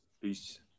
Peace